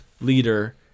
leader